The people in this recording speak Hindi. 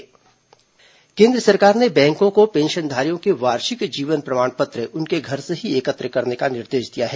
पेंशनधारी जीवन प्रमाण पत्र केन्द्र सरकार ने बैंकों को पेंशनधारकों के वार्षिक जीवन प्रमाण पत्र उनके घर से ही एकत्र करने का निर्देश दिया है